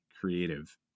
creative